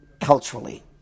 culturally